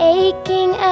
aching